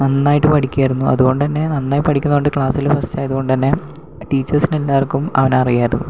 നന്നായിട്ട് പഠിക്കുമായിരുന്നു അതുകൊണ്ട് തന്നെ നന്നായി പഠിക്കുന്ന കൊണ്ട് ക്ലാസ്സിൽ ഫസ്റ്റായത് കൊണ്ട് തന്നെ ടീച്ചേഴ്സിനെല്ലാവർക്കും അവനെ അറിയാമായിരുന്നു